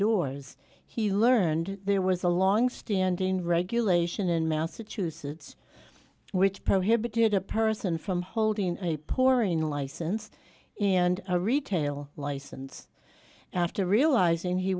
doors he learned there was a longstanding regulation in massachusetts which prohibited a person from holding a poor in license and a retail license after